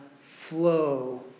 flow